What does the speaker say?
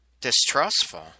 distrustful